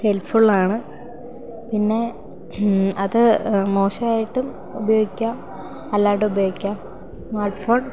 ഹെൽപ്ഫുള്ളാണ് പിന്നെ അത് മോശമായിട്ടും ഉപയോഗിക്കാം അല്ലാണ്ടുപയോഗിക്കാം സ്മാർട്ട് ഫോൺ